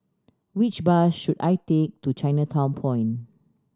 which bus should I take to Chinatown Point